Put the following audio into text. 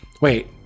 Wait